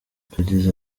yagize